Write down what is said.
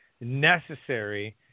necessary